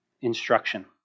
instruction